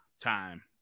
time